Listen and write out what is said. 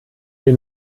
den